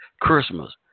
Christmas